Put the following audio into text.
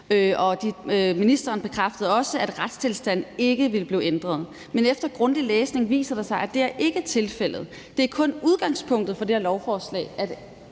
ministeren bekræftede også, at retstilstanden ikke vil blive ændret. Men efter grundig læsning viser det sig, at det ikke er tilfældet. Det er kun udgangspunktet for det her lovforslag,